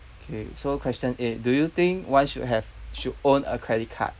okay so question eight do you think one should have should own a credit card